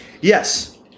Yes